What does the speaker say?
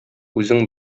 үзең